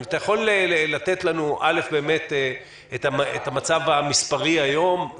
אם אתה יכול להגיד לנו מה הוא המצב המספרי היום,